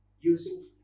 using